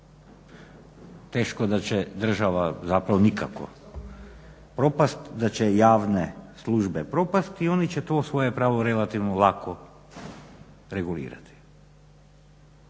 Teško da će država zapravo propasti, da će javne službe propasti. I oni će to svoje pravo relativno lako regulirati.